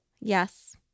Yes